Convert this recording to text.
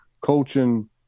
coaching